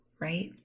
right